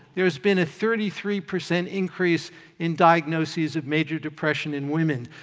there's been a thirty three percent increase in diagnoses of major depression in women.